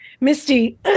Misty